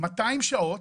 בסך הכול 200 שעות.